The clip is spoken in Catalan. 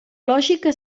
lògica